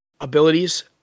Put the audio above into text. abilities